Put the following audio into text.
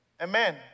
Amen